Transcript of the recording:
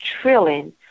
trillion